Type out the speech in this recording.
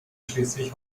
schleswig